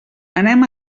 anem